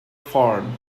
farmed